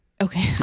Okay